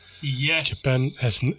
Yes